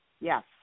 yes